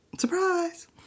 Surprise